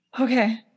Okay